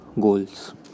goals